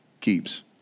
keeps